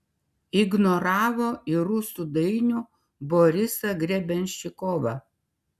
ignoravo ir rusų dainių borisą grebenščikovą